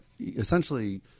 essentially